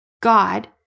God